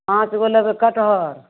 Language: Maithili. पाँच गो लेबै कठहर